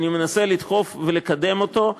אני מנסה לדחוף ולקדם אותו,